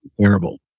Terrible